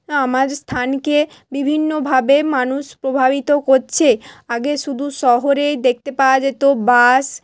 আমার স্থানকে বিভিন্নভাবে মানুষ প্রভাবিত করছে আগে শুধু শহরেই দেখতে পাওয়া যেত বাস